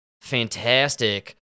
fantastic